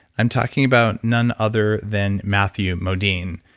i'm talking about none other than matthew modine,